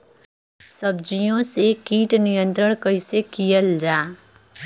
सब्जियों से कीट नियंत्रण कइसे कियल जा?